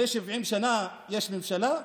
יש ממשלה.